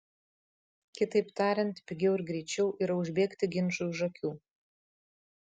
kitaip tariant pigiau ir greičiau yra užbėgti ginčui už akių